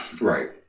Right